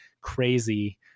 crazy